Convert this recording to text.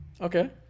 Okay